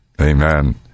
amen